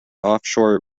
offshore